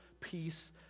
peace